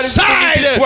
side